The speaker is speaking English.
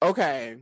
Okay